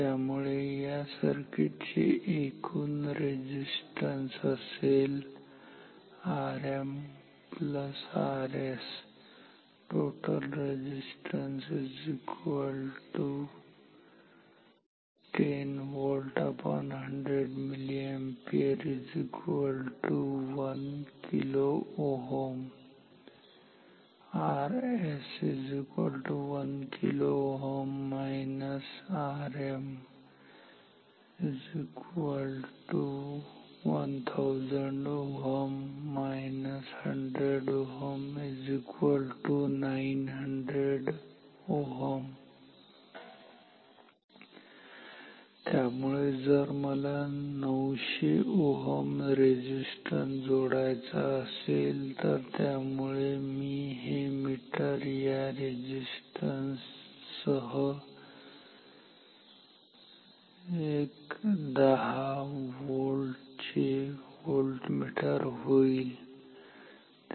त्यामुळे या सर्किट चे एकूण रेझिस्टन्स असेल Rm Rs 10 𝑉100𝑚𝐴 1kΩ Rs 1kΩ- Rm 1000 Ω 100 Ω 900 Ω त्यामुळे जर मला 900 Ω रेझिस्टन्स जोडायचा असेल त्यामुळे मी हे मीटर या रेझिस्टन्स सह एक 10 व्होल्टचे व्होल्टमीटर होईल ठीक आहे